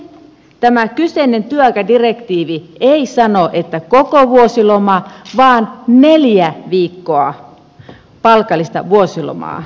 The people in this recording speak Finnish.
siis tämä kyseinen työaikadirektiivi ei sano että koko vuosiloma vaan neljä viikkoa palkallista vuosilomaa